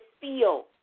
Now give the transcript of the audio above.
feel